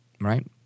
right